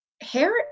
hair